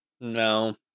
no